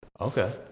Okay